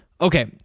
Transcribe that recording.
Okay